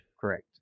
Correct